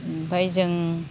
ओमफ्राय जों